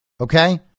Okay